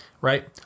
Right